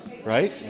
Right